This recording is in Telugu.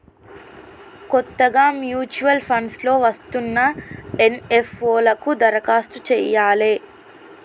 కొత్తగా ముచ్యుయల్ ఫండ్స్ లో వస్తున్న ఎన్.ఎఫ్.ఓ లకు దరఖాస్తు చెయ్యాలే